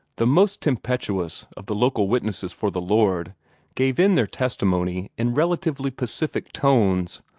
the most tempestuous of the local witnesses for the lord gave in their testimony in relatively pacific tones,